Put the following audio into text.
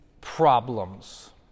problems